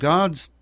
God's